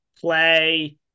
play